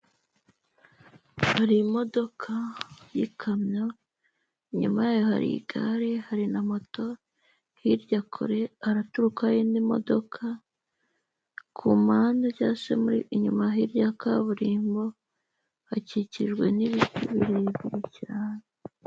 Hari imodoka y'ikamyo inyuma yayo hari igare hari na moto hirya kure haraturukayo indi modoka, ku mpande cyangwa se inyuma hirya ya kaburimbo hakikijwe n'ibiti birebire cyane.